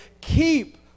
keep